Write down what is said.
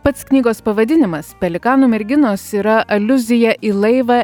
pats knygos pavadinimas pelikanų merginos yra aliuzija į laivą